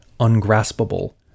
ungraspable